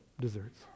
desserts